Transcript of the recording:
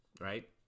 right